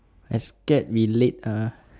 I scared we late ah